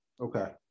Okay